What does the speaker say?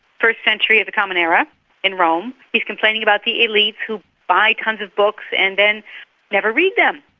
first century of the common era in rome, he is complaining about the elites who buy tonnes of books and then never read them,